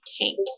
tank